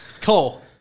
Cole